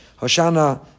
Hoshana